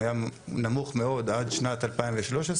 היה נמוך מאוד עד שנת 2013,